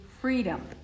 Freedom